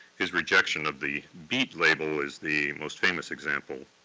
his rejection of the beat label is the most famous example.